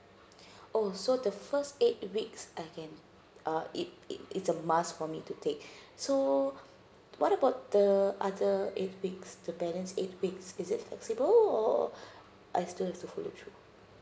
oh so the first eight weeks I can uh it it it's a must for me to take so what about the other eight weeks the balance eight weeks is it flexible or I still have to follow through